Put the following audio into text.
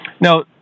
Now